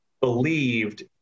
believed